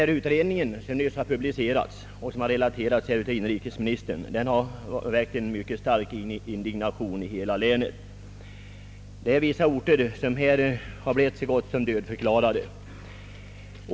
Den utredning som nyligen publicerats och som inrikesministern relaterade har väckt mycket stark indignation i hela länet. Vissa orter har ju blivit så gott som dödförklarade av utredningen. För att ta ett par exempel.